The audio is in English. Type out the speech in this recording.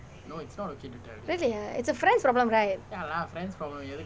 really ah it's a friend's problem right